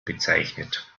bezeichnet